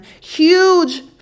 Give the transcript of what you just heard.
Huge